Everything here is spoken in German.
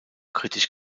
kritisch